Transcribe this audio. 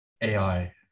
AI